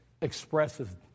expresses